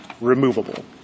removable